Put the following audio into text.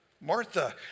Martha